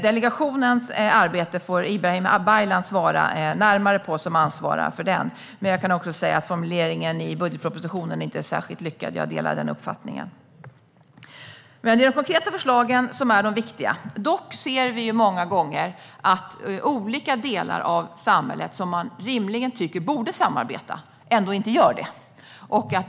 Delegationens arbete får Ibrahim Baylan, som svarar för det, svara närmare på. Jag kan också säga att jag delar uppfattningen att formuleringen i budgetpropositionen inte är särskilt lyckad. Det är de konkreta förslagen som är de viktiga. Dock ser vi många gånger att olika delar av samhället som man rimligen tycker borde samarbeta ändå inte gör det.